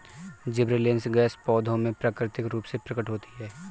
gibberellins gas पौधों में प्राकृतिक रूप से प्रकट होती है